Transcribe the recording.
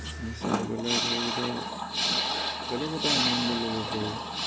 এইখিনি চাই পেলাই ধৰক এটা বেলেগ এটা আনন্দ ল'ব পাৰি